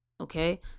Okay